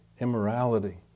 immorality